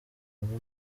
bamwe